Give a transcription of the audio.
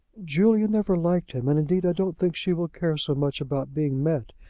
julia never liked him. and, indeed, i don't think she will care so much about being met.